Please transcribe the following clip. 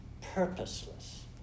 purposeless